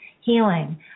healing